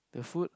the food